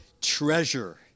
treasure